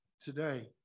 today